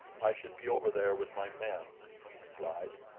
i should be over there with my men, he replied.